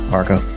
Marco